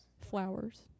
Flowers